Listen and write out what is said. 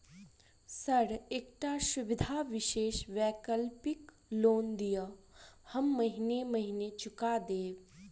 Sir एकटा सुविधा विशेष वैकल्पिक लोन दिऽ हम महीने महीने चुका देब?